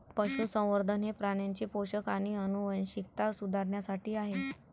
पशुसंवर्धन हे प्राण्यांचे पोषण आणि आनुवंशिकता सुधारण्यासाठी आहे